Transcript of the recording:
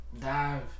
dive